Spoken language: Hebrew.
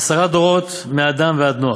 עשרה דורות מאדם ועד נח,